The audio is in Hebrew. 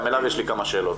גם אליו יש לי כמה שאלות.